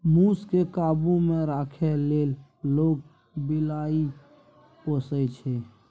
मुस केँ काबु मे राखै लेल लोक बिलाइ पोसय छै